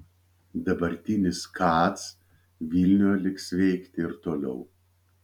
dabartinis kac vilniuje liks veikti ir toliau